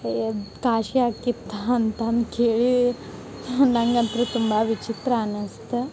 ಕಾಶಿ ಆಕ್ಕಿತ್ತಹ ಅಂತಂದು ಕೇಳಿ ನಂಗಂತ್ರು ತುಂಬಾ ವಿಚಿತ್ರ ಅನಸ್ತ